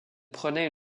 prenait